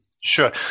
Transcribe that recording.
Sure